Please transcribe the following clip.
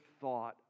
thought